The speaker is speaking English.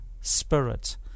spirit